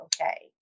okay